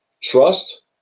trust